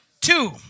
two